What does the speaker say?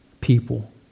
people